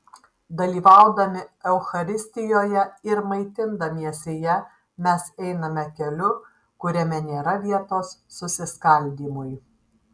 dalyvaudami eucharistijoje ir maitindamiesi ja mes einame keliu kuriame nėra vietos susiskaldymui